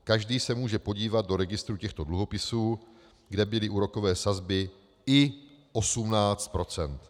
Každý se může podívat do registru těchto dluhopisů, kde byly úrokové sazby i 18 %.